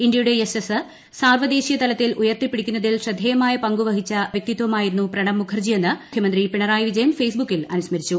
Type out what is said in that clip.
ഇന്ത്യയുടെ യശസ്സ് സാർവ്വദേശീയ തലത്തിൽ ഉയർത്തിപ്പിടിക്കുന്നതിൽ ശ്രദ്ധേയമായ പങ്കുവഹിച്ച രാഷ്ട്രതന്ത്രജ്ഞനായിരുന്നു പ്രണബ് മുഖർജി എന്ന് മുഖ്യമന്ത്രി പിണറായി വിജയൻ ഫെയ്സ്ബുക്കിൽ അനുസ്മരിച്ചു